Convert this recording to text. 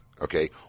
Okay